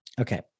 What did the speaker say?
Okay